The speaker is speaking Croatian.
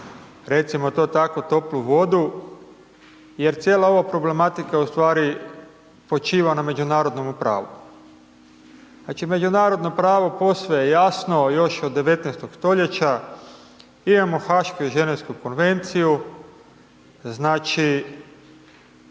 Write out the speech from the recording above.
recimo to tako, toplu vodu jer cijela ova problematika u stvari počiva na međunarodnome pravu. Znači, međunarodno pravo, posve je jasno još od 19. stoljeća imamo Hašku Ženevsku konvenciju, znači,